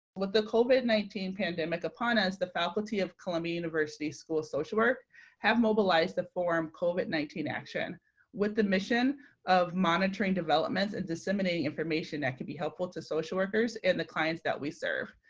with the covid nineteen pandemic upon us, the faculty of columbia university school of social work have mobilized the forum covid nineteen action with the mission of monitoring developments and disseminating information that could be helpful to social workers and the clients that we serve.